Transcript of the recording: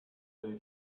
they